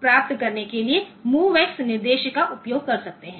प्राप्त करने के लिए MOVX निर्देश का उपयोग कर सकते हैं